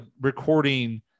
recording